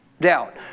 Doubt